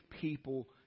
people